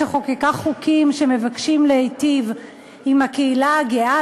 שחוקקה חוקים שמבקשים להיטיב עם הקהילה הגאה,